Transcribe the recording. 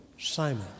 Simon